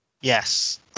Yes